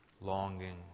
longing